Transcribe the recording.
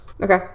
Okay